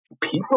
People